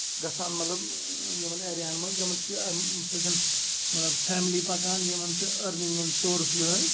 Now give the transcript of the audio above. گژھان مطلب یِمن ایریاہَن منٛز یِمن چھِ اَمہِ سۭتۍ مطلب فیملی پَکان یِمن چھُ مطلب أرنِنگ ہُند سورُس مطلب یِہوے